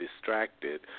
distracted